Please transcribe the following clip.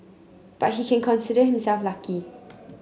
but he can consider himself lucky